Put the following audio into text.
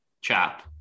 chap